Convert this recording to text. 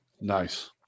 Nice